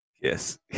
Yes